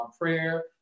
Prayer